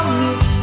miss